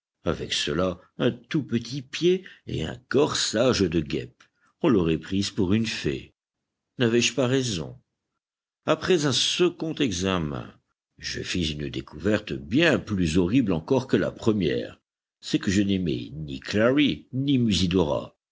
avec cela un tout petit pied et un corsage de guêpe on l'aurait prise pour une fée n'avais-je pas raison après un second examen je fis une découverte bien plus horrible encore que la première c'est que je n'aimais ni clary ni